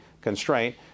constraint